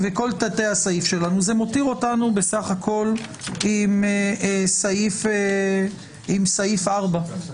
זה מותיר אותנו עם סעיף (4).